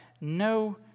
no